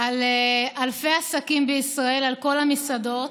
על אלפי עסקים בישראל, על כל המסעדות.